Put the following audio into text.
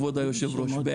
כבוד היושב-ראש,